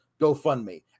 GoFundMe